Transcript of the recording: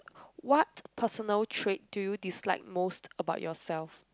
what personal trade do you dislike most about yourself